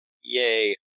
Yay